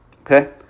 okay